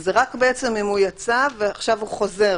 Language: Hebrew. זה רק אם הוא יצא ועכשיו הוא חוזר